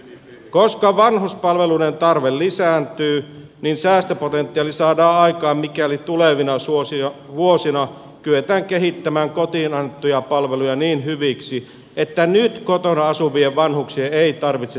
koska vanhuspalveluiden tarve lisääntyy säästöpotentiaali saadaan aikaan mikäli tulevina vuosina kyetään kehittämään kotiin annettuja palveluja niin hyviksi että nyt kotona asu vien vanhuksien ei tarvitse siirtyä laitoksiin